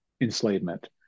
enslavement